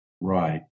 Right